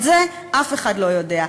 את זה אף אחד לא יודע.